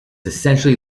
essentially